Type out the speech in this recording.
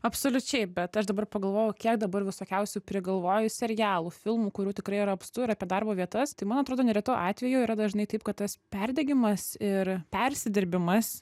absoliučiai bet aš dabar pagalvojau kiek dabar visokiausių prigalvoju serialų filmų kurių tikrai yra apstu ir apie darbo vietas tai man atrodo neretu atveju yra dažnai taip kad tas perdegimas ir persidirbimas